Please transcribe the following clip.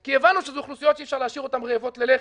כי הבנו שאלה אוכלוסיות שאי-אפשר להשאיר אותן רעבות ללחם.